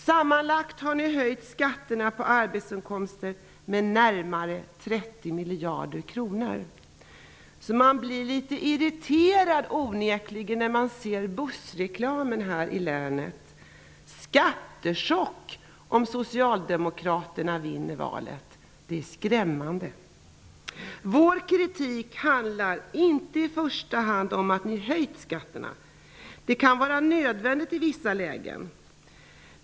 Sammanlagt har ni höjt skatterna på arbetsinkomster med närmare 30 miljarder kronor. Man blir onekligen irriterad när man ser bussreklamen i länet: ''Skattechock om Socialdemokraterna vinner valet!'' Det är skrämmande. Vår kritik handlar inte i första hand om att ni har höjt skatterna. Det kan vara nödvändigt i vissa lägen.